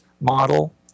model